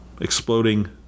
Exploding